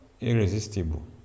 irresistible